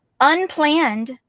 unplanned